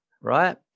right